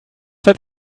hat